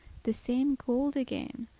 the same gold again,